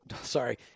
sorry